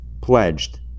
pledged